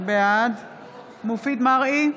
בעד מופיד מרעי,